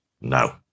no